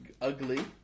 ugly